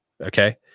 Okay